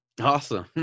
Awesome